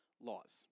laws